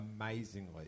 amazingly